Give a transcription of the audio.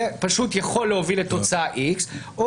זה פשוט יכול להוביל לתוצאה איקס או